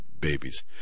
babies